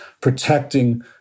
protecting